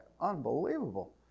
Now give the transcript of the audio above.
unbelievable